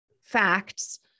facts